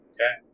Okay